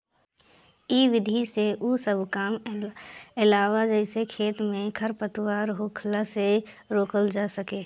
इ विधि में उ सब काम आवेला जेसे खेत में खरपतवार होखला से रोकल जा सके